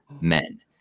men